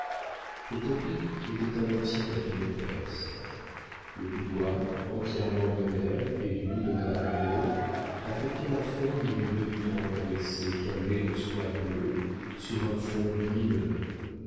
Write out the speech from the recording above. le tapis était un ancien tapis de perse le boudoir entièrement moderne et du goût de madame moreau affectait la forme d'une tente avec ses câblés de soie bleue sur un fond gris de lin